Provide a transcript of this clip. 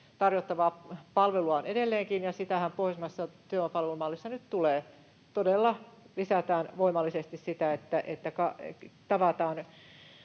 tarjottavaa palvelua on edelleenkin, ja sitähän pohjoismaisessa työvoimapalvelumallissa nyt tulee: todella lisätään voimallisesti sitä, että tavataan